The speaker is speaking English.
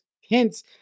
hints